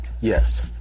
Yes